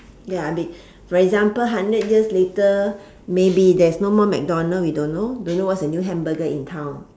ya a bit for example hundred years later maybe there's no more madonald we don't know don't know what's the new hamburger in town